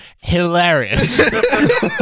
hilarious